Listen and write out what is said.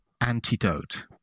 antidote